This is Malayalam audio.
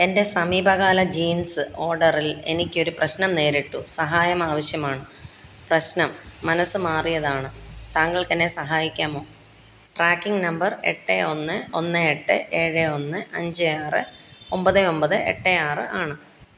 എൻ്റെ സമീപകാല ജീൻസ് ഓർഡറിൽ എനിക്ക് ഒരു പ്രശ്നം നേരിട്ടു സഹായം ആവശ്യമാണ് പ്രശ്നം മനസ്സ് മാറിയതാണ് താങ്കൾക്ക് എന്നെ സഹായിക്കാമോ ട്രാക്കിംഗ് നമ്പർ എട്ട് ഒന്ന് ഒന്ന് എട്ട് ഏഴ് ഒന്ന് അഞ്ച് ആറ് ഒമ്പത് ഒമ്പത് എട്ട് ആറ് ആണ്